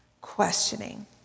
questioning